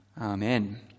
Amen